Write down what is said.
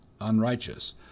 unrighteous